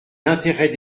l’intérêt